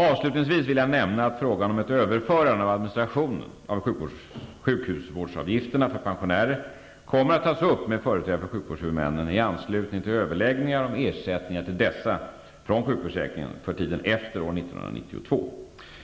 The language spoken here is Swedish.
Avslutningsvis vill jag nämna att frågan om ett överförande av administrationen av sjukhusvårdsavgifterna för pensionärerna kommer att tas upp med företrädare för sjukvårdshuvudmännen i anslutning till överläggningarna om ersättningar till dessa från sjukförsäkringen för tiden efter år 1992.